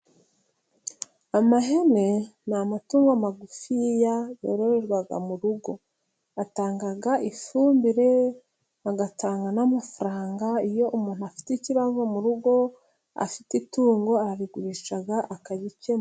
Amahene ni amatungo magufiya yororerwa mu rugo, atanga ifumbire agatanga n'amafaranga, iyo umuntu afite ikibazo mu rugo afite itungo ararigurisha akagikemura.